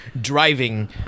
driving